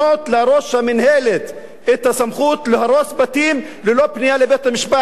לראש המינהלת את הסמכות להרוס בתים ללא פנייה לבית-המשפט.